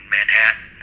Manhattan